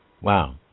wow